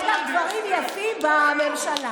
יש גם דברים יפים בממשלה.